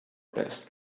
best